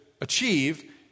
achieve